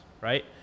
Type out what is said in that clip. right